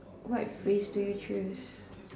what phrase do you choose